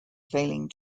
failing